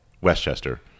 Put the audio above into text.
Westchester